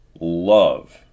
love